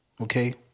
Okay